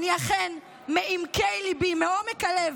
אכן מעמקי ליבי, מעומק הלב,